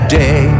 day